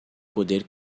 poder